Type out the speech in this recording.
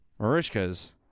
Marishka's